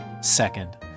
second